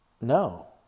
no